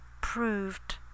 proved